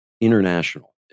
international